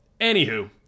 anywho